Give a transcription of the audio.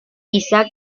isaac